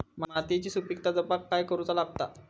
मातीयेची सुपीकता जपाक काय करूचा लागता?